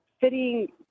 fitting